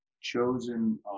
chosen